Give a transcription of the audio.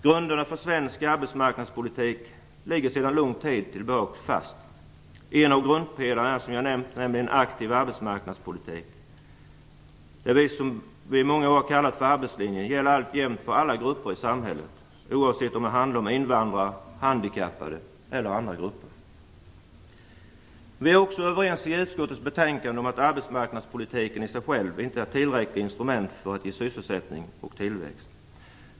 Grunderna för den svenska arbetsmarknadspolitiken ligger sedan lång tid tillbaka fast. En av grundpelarna är, som jag nämnt, en aktiv arbetsmarknadspolitik. Det som vi i många år kallat för arbetslinjen gäller alltjämt för alla grupper i samhället, oavsett om det handlar om invandrare, handikappade eller andra grupper. Vi är också överens i utskottets betänkande om att arbetsmarknadspolitiken i sig själv inte är ett tillräckligt instrument för att ge sysselsättning och tillväxt.